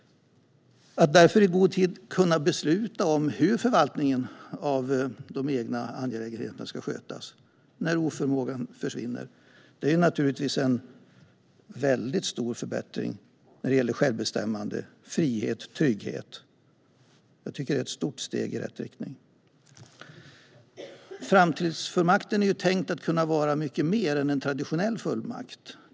Att därför i god tid kunna besluta om hur förvaltningen av de egna angelägenheterna ska skötas när förmågan försvinner är naturligtvis en väldigt stor förbättring när det gäller självbestämmande, frihet och trygghet. Jag tycker att det är ett stort steg i rätt riktning. Framtidsfullmakten är tänkt att kunna vara mycket mer än en traditionell fullmakt.